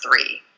three